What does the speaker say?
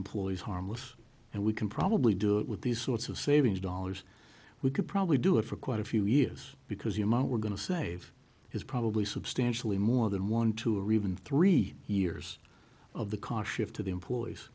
employers harmless and we can probably do it with these sorts of savings dollars we could probably do it for quite a few years because the amount we're going to save is probably substantially more than one two or even three years of the car shift to the employees